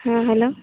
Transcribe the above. hello